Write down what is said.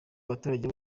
abaturage